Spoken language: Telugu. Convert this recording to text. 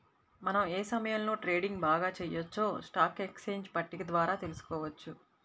మనం ఏ సమయంలో ట్రేడింగ్ బాగా చెయ్యొచ్చో స్టాక్ ఎక్స్చేంజ్ పట్టిక ద్వారా తెలుసుకోవచ్చు